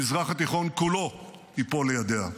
המזרח התיכון כולו ייפול לידיה.